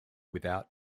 without